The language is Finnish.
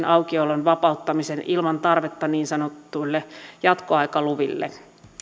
aukiolon vapauttamisen ilman tarvetta niin sanotuille jatkoaikaluville